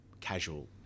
casual